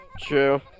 True